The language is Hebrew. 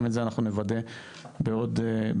גם את זה אנחנו נוודא בעוד שבועיים.